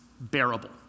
bearable